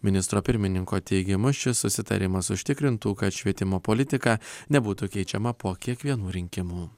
ministro pirmininko teigimu šis susitarimas užtikrintų kad švietimo politika nebūtų keičiama po kiekvienų rinkimų